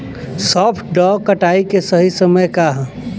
सॉफ्ट डॉ कटाई के सही समय का ह?